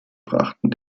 brachten